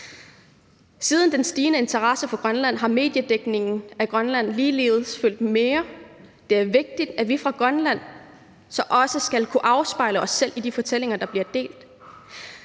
Siden den stigende interesse for Grønland har mediedækningen af Grønland ligeledes fyldt mere. Det er vigtigt, at vi fra Grønlands side også skal kunne afspejle os selv i de fortællinger, der bliver delt.